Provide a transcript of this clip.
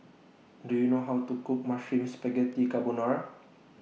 Do YOU know How to Cook Mushroom Spaghetti Carbonara